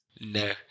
No